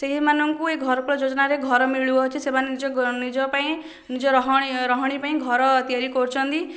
ସେହିମାନଙ୍କୁ ଏହି ଘରକରା ଯୋଜନାରେ ଘର ମିଳୁଅଛି ସେମାନେ ନିଜ ନିଜପାଇଁ ନିଜ ରହଣି ରହଣି ପାଇଁ ଘର ତିଆରି କରୁଛନ୍ତି